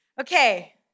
Okay